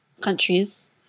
countries